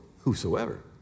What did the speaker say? Whosoever